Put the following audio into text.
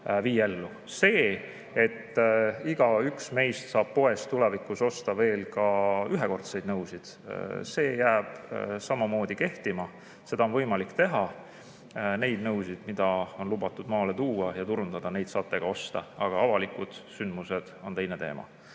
See, et igaüks meist saab poest ka tulevikus osta ühekordseid nõusid, jääb kehtima. Seda on võimalik teha. Neid nõusid, mida on lubatud maale tuua ja turustada, saate ka osta, aga avalikud sündmused on teine teema.